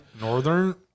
northern